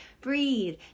Breathe